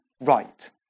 right